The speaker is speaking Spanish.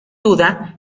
duda